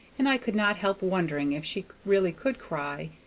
and i could not help wondering if she really could cry,